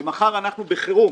ומחר אנחנו בחירום,